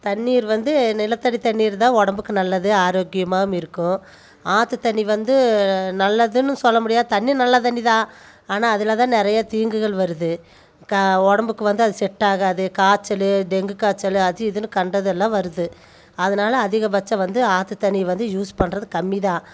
தண்ணி வந்து நிலத்தடி தண்ணீர் தான் உடம்புக்கு நல்லது ஆரோக்கியமாம் இருக்கும் ஆற்று தண்ணி வந்து நல்லதுன்னு சொல்ல முடியாம தண்ணி நல்ல தண்ணி தான் ஆனால் அதில் தான் நிறைய தீங்குகள் வருது கா உடம்புக்கு வந்து அது செட்டாகாது காய்ச்சலு டெங்கு காய்ச்சலு அது இதுன்னு கண்டதெல்லாம் வருது அதுனால அதிகப்பட்சம் வந்து ஆத்து தண்ணி வந்து யூஸ் பண்ணுறது கம்மி தான்